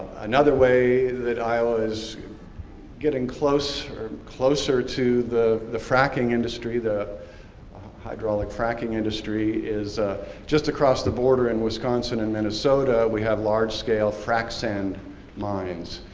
another way that iowa is getting close, or closer to the the fracking industry, the hydraulic fracking industry, is just across the border in wisconsin and minnesota. we have large-scale frac sand mines,